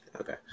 Okay